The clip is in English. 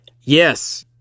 Yes